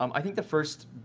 um i think the first,